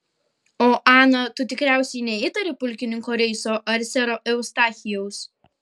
o ana tu tikriausiai neįtari pulkininko reiso ar sero eustachijaus